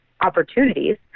opportunities